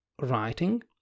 writing